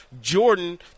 Jordan